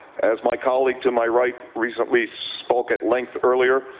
as my colleague to my right recently spoke at length earlier,